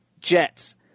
Jets